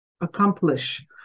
accomplish